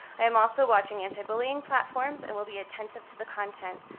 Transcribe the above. i am also watching anti-bullying platforms and will be attentive to the content.